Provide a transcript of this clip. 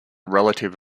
relative